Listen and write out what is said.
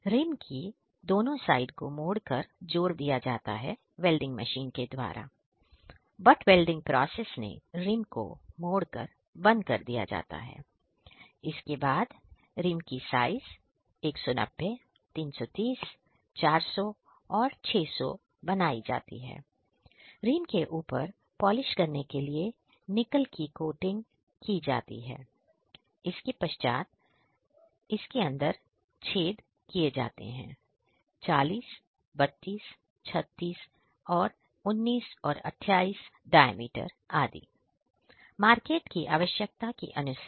rim के दोनों side को मोड़ कर जोड़ दिया जाता है वेल्डिंग मशीन मार्केट की आवश्यकता के अनुसार